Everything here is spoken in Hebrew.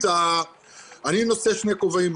אני נושא שני כובעים,